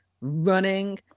running